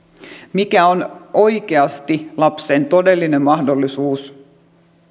mikä on oikeasti lapsen todellinen mahdollisuus